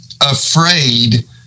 afraid